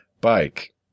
bike